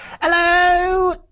Hello